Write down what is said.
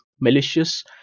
malicious